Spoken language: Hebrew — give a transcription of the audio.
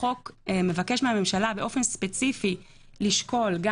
החוק מבקש מהממשלה באופן ספציפי לשקול גם